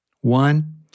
One